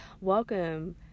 welcome